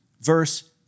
verse